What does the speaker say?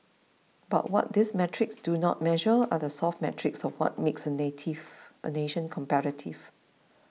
but what these metrics do not measure are the soft metrics of what makes a native a nation competitive